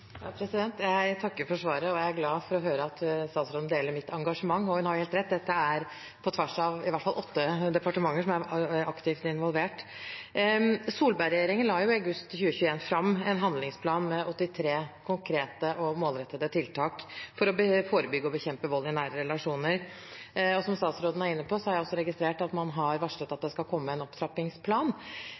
Jeg takker for svaret og er glad for å høre at statsråden deler mitt engasjement, og hun har helt rett: Dette er på tvers av i hvert fall åtte departementer som er aktivt involvert. Solberg-regjeringen la i august 2021 fram en handlingsplan med 83 konkrete og målrettede tiltak for å forebygge og bekjempe vold i nære relasjoner. Jeg har registrert det som også statsråden var inne på, at man har varslet at det skal komme en opptrappingsplan.